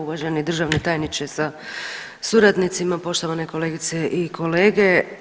Uvaženi državni tajniče sa suradnicima, poštovane kolegice i kolege.